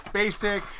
basic